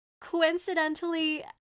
coincidentally